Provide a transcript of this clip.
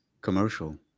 commercial